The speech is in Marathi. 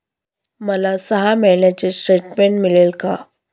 मला सहा महिन्यांचे स्टेटमेंट मिळेल का?